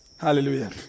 hallelujah